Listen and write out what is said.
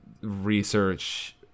research